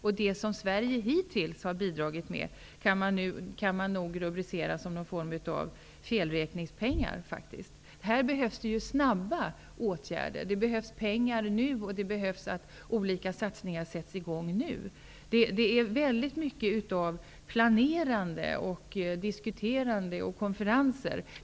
Det som Sverige hittills har bidragit med kan man nog rubricera som en form av felräkningspengar. Här behövs det snara åtgärder. Det behövs pengar, och det är nödvändigt att olika satsningar nu sätts i gång. Det sker väldigt mycket av planerande, diskuterande och konferenser.